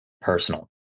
personal